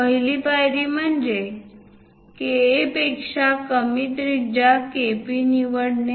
पहिली पायरी म्हणजे KA पेक्षा कमी त्रिज्या KP निवडणे